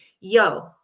Yo